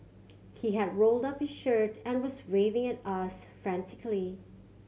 he had rolled up his shirt and was waving at us frantically